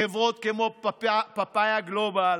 חברות כמו פאפאיה גלובל,